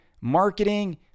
Marketing